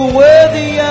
worthy